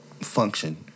Function